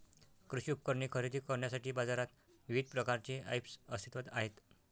कृषी उपकरणे खरेदी करण्यासाठी बाजारात विविध प्रकारचे ऐप्स अस्तित्त्वात आहेत